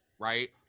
right